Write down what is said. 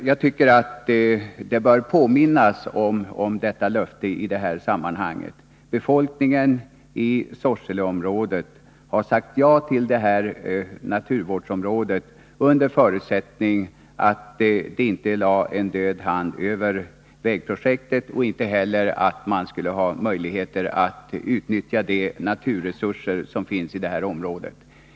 Jag tycker att man i det här sammanhanget bör påminna om detta löfte. Befolkningen i Sorseleområdet har sagt ja till naturvårdsområdet under förutsättning att det inte lades en död hand över vägprojektet och under förutsättning att man skulle ha möjligheter att utnyttja de naturresurser som finns i området.